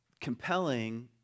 compelling